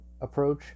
approach